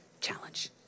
challenge